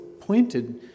pointed